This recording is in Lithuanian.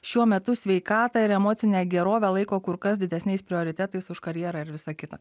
šiuo metu sveikatą ir emocinę gerovę laiko kur kas didesniais prioritetais už karjerą ir visa kita